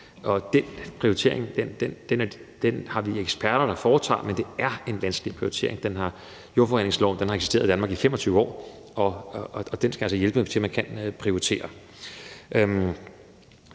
og den prioritering har vi eksperter, der foretager, men det er en vanskelig prioritering. Jordforureningsloven har eksisteret i Danmark i 25 år, og den skal altså hjælpe til, at man kan prioritere.